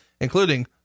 including